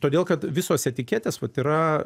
todėl kad visos etiketės vat yra